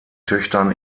töchtern